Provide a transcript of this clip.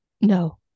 No